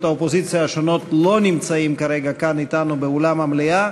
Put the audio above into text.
האופוזיציה לא נמצאים כרגע כאן אתנו באולם המליאה,